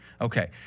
Okay